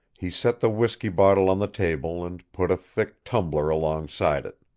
he set the whisky bottle on the table and put a thick tumbler alongside it.